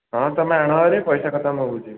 ହଁ ତୁମେ ଆଣ ଭାରି ପଇସା କଥା ମୁଁ ବୁଝିବି